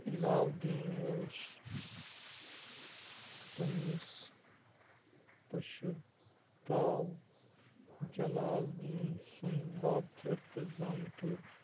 علاء الدیٖن اوس پنٛنِس پَشِتاو جلال الدیٖن سُنٛد بابتھٕر تہٕ زامتُر